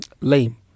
lame